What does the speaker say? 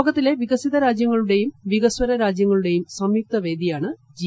ലോകത്തിലെ പ്രികസിത രാജ്യങ്ങളുടേയും വികസ്വര രാജ്യങ്ങളുടേയും സ്ഥയുക്ത വേദിയാണ് ജി